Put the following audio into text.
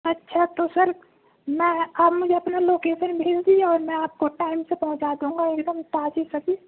اچھا تو سر میں آپ مجھے اپنا لوکیسن بھیج دیجیے اور میں آپ کو ٹائم سے پہنچا دوں گا ایک دم تازی سبزی